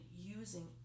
using